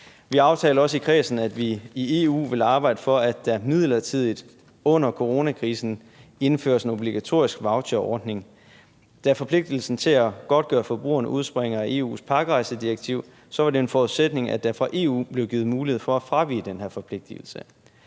Vi aftalte også i kredsen, at vi i EU vil arbejde for, at der midlertidigt under coronakrisen indføres en obligatorisk voucherordning. Da forpligtigelsen til at godtgøre forbrugeren udspringer af EU's pakkerejsedirektiv, var det en forudsætning, at der fra EU's side blev givet mulighed for at fravige den her forpligtigelse.